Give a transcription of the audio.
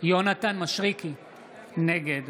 נגד